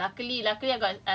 two years